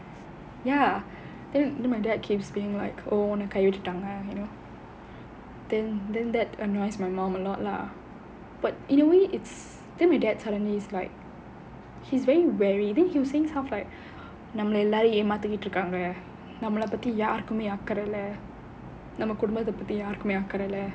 ya then then my dad keeps being like oh உன்ன கை விட்டுட்டாங்க:unna kai vittuttaanga you know then then that annoys my mom a lot lah but in a way it's then my dad suddenly is like he is very wary then he was saying stuff like நம்மள எல்லாரும் ஏமாத்திட்டு இருகாங்க நம்மள பத்தி யாருக்குமே அக்கறை இல்ல நம்ம குடும்பத்தை பத்தி யாருக்குமே அக்கறை இல்ல:nammala ellaarum yaemaathittu irukkaanga nammala pathi yaarukkumae akkarai illa namma kudumbathai pathi yaarukkumae akkarai illa